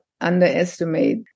underestimate